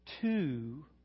two